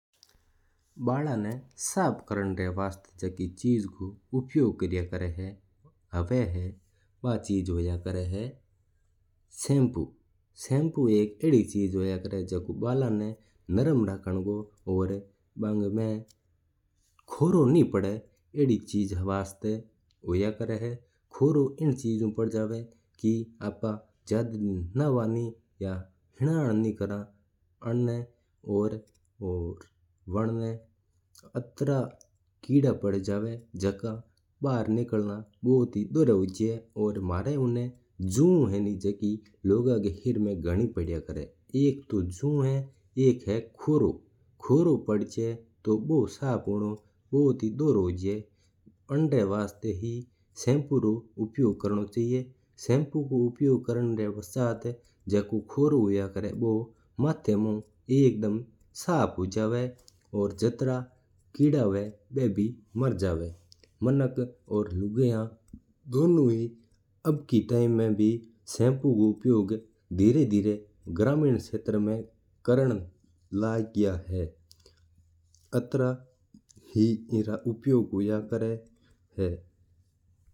बालन ना साफ करबा वास्ता जिन्नचिण रू उपयोग हुयो है जू है शेम्पू। शेम्पू एक आदि चीज होया करा है जू बल्ला ना साफ करणा में कम आवा है। शेम्पू ऊ माता रै जित्तो भी कचरो है हो निकळ जवा है। शेम्पू माता में जाता ही झाग-झाग हो जवा है और साफ करणा सुरु कर देवा है। बिनु सफाई भी बढ़ाया होया करे है।